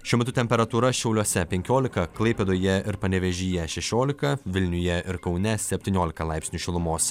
šiuo metu temperatūra šiauliuose penkiolika klaipėdoje ir panevėžyje šešiolika vilniuje ir kaune septyniolika laipsnių šilumos